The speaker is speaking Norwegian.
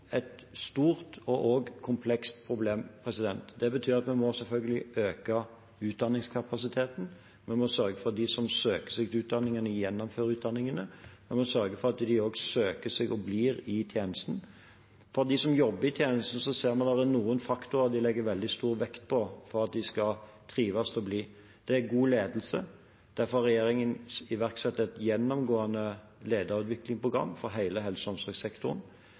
et stort og også komplekst problem. Det betyr at vi selvfølgelig må øke utdanningskapasiteten. Vi må sørge for at de som søker seg til utdanningene, gjennomfører utdanningene, og vi må sørge for at de også søker seg til og blir i tjenesten. For dem som jobber i tjenesten, ser vi at det er noen faktorer de legger veldig stor vekt på for at de skal trives og bli, og det er bl.a. god ledelse. Derfor har regjeringen iverksatt et gjennomgående lederutviklingsprogram for hele helse- og omsorgssektoren.